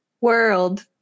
World